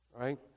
right